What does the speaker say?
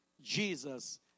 Jesus